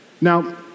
Now